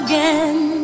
Again